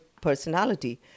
personality